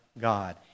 God